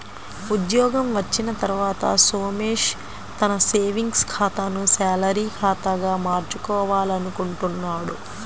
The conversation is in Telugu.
ఉద్యోగం వచ్చిన తర్వాత సోమేష్ తన సేవింగ్స్ ఖాతాను శాలరీ ఖాతాగా మార్చుకోవాలనుకుంటున్నాడు